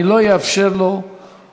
אני לא אאפשר לו לדבר.